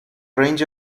range